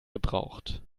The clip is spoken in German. gebraucht